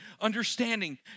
understanding